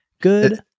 good